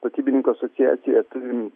statybininkų asociacija turim